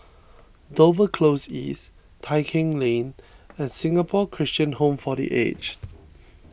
Dover Close East Tai Keng Lane and Singapore Christian Home for the Aged